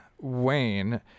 Wayne